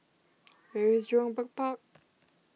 where is Jurong Bird Park